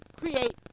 create